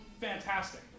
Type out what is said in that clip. Fantastic